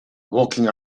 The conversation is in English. walking